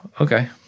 okay